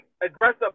aggressive